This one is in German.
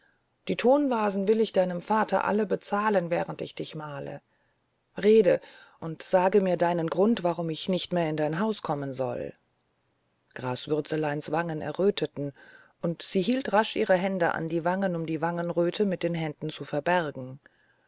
die tonvasen will ich deinem vater alle bezahlen während ich dich male rede und sage deinen grund warum ich nicht mehr in dein haus kommen soll graswürzeleins wangen erröteten und sie hielt rasch ihre hände an die wangen um die wangenröte mit den händen zu verbergen